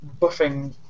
buffing